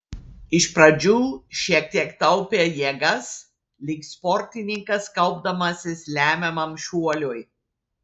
iš pradžių šiek tiek taupė jėgas lyg sportininkas kaupdamasis lemiamam šuoliui